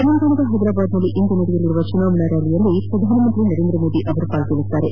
ತೆಲಂಗಾಣದ ಹೈದರಾಬಾದ್ನಲ್ಲಿ ಇಂದು ನಡೆಯಲಿರುವ ಚುನಾವಣಾ ರ್ಖಾಲಿಯಲ್ಲಿ ಪ್ರಧಾನಮಂತ್ರಿ ನರೇಂದ್ರಮೋದಿ ಪಾಲ್ಗೊಳ್ಳಲಿದ್ದಾರೆ